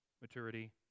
maturity